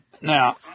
Now